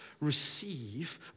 receive